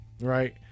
right